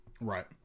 Right